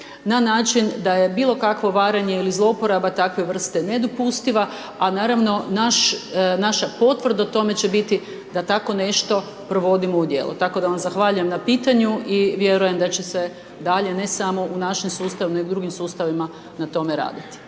na način da je bilo kakvo varanje ili zlouporaba takve vrst nedopustiva, a naravno naš, naša potvrda o tome će biti da tako nešto provodimo u djelo. Tako da vam zahvaljujem na pitanju i vjerujem da će se dalje, ne samo u našem sustavu, nego i u drugim sustavima na tome raditi.